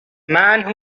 man